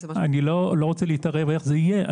אני לא רוצה להתערב איך זה יהיה,